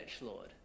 Lord